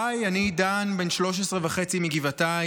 "היי, אני עידן בן 13 וחצי מגבעתיים.